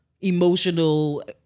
emotional